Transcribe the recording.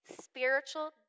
spiritual